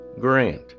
Grant